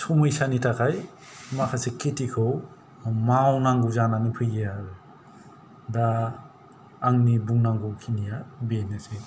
समयसानि थाखाय माखासे खेथिखौ मावनांगौ जानानै फैयो आरो दा आंनि बुंनांगौ खेनिया बेनोसै